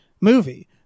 movie